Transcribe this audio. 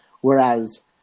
Whereas